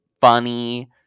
funny